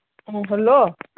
ꯎꯝ hello